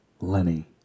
Lenny